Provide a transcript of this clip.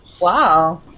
Wow